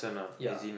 ya